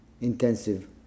intensive